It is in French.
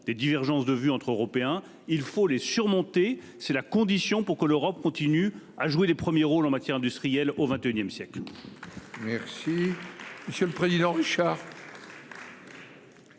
-des divergences de vues entre Européens. Il faut les surmonter : c'est la condition pour que l'Europe continue de jouer les premiers rôles en matière industrielle au XXI siècle. La parole est à M.